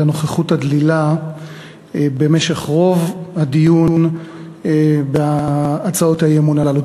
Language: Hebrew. לנוכחות הדלילה במשך רוב הדיון בהצעות האי-אמון הללו.